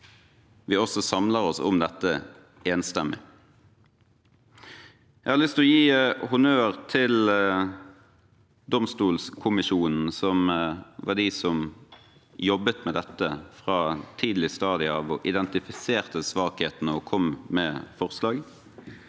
vi samler oss om dette enstemmig. Jeg har lyst å gi honnør til domstolkommisjonen, som var de som jobbet med dette på et tidlig stadium, identifiserte svakhetene og kom med forslag.